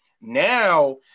now